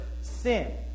sin